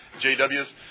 JWs